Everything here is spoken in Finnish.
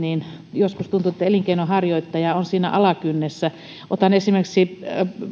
joskus tuntuu että elinkeinonharjoittaja on siinä alakynnessä otan esimerkiksi